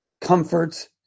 Comforts